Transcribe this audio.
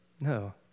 No